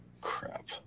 Crap